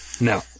No